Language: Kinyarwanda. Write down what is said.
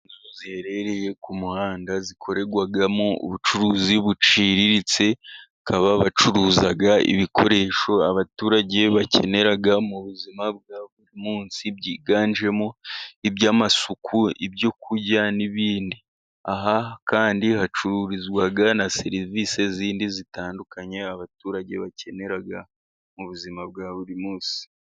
Inzu ziherereye ku muhanda zikorerwamo ubucuruzi buciriritse, bakaba bacuruza ibikoresho abaturage bakenera mu buzima bwa buri munsi, byiganjemo iby'amasuku, ibyo kurya n'ibindi aha kandi hacururizwa na serivisi zindi zitandukanye, abaturage bakenera mu buzima bwa buri munsi.